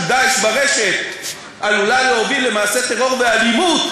"דאעש" ברשת עלולה להוביל למעשי טרור ואלימות,